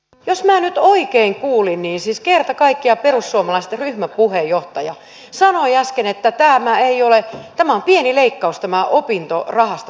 jos minä nyt oikein kuulin niin siis kerta kaikkiaan perussuomalaisten ryhmäpuheenjohtaja sanoi äsken että tämä opintorahasta tehtävä leikkaus on pieni leikkaus